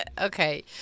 Okay